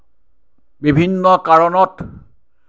বিভিন্ন কাৰণত